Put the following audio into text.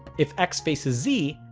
if x faces z,